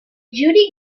judy